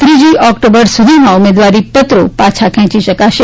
ત્રીજી ઓક્ટોબર સુધીમાં ઉમેદવારી પત્રા પાછા ખેંચી શકાશે